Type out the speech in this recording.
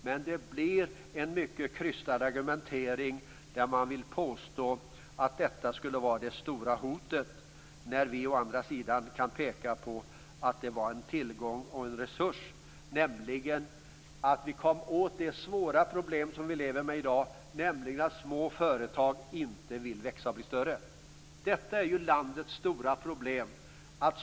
Men det blir en krystad argumentering när man påstår att en förändring av arbetsrätten skulle vara det stora hotet, när vi kan peka på att det var en tillgång. Vi kom ju åt det svåra problem som vi lever med i dag, nämligen att små företag inte vill bli större. Det är landets stora problem.